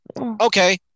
okay